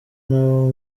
n’abo